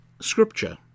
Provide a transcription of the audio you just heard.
scripture